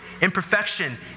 imperfection